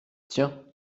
tiens